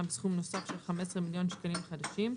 בסכום נוסף של 15 מיליון שקלים חדשים.